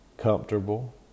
comfortable